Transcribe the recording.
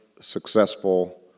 successful